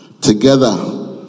together